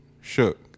shook